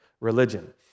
religion